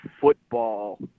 football